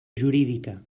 jurídica